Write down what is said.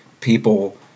people